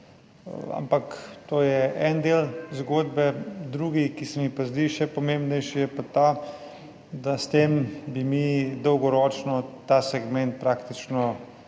ampak to je en del zgodbe. Drugi, ki se mi pa zdi še pomembnejši, je pa ta, da bi s tem dolgoročno ta segment zatrli